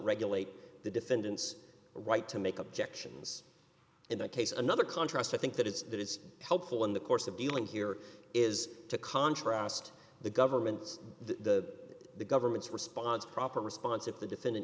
regulate the defendant's right to make objections in that case another contrast i think that it's that it's helpful in the course of dealing here is to contrast the government's to the government's response proper response if the defendant